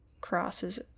crosses